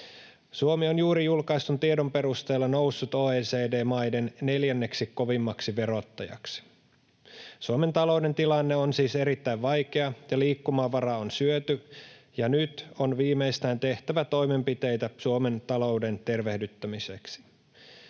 Suomi on juuri julkaistun tiedon perusteella noussut OECD-maiden neljänneksi kovimmaksi verottajaksi. Suomen talouden tilanne on siis erittäin vaikea ja liikkumavara on syöty, ja nyt on viimeistään tehtävä toimenpiteitä Suomen talouden tervehdyttämiseksi.